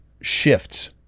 shifts